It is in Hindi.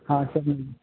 हाँ सब मिलेगा